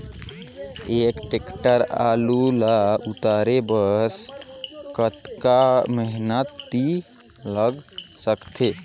एक टेक्टर आलू ल उतारे बर कतेक मेहनती लाग सकथे?